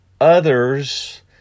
others